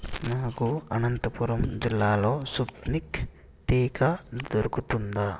నాకు అనంతపురం జిల్లాలో స్పుత్నిక్ టీకా దొరుకుతుందా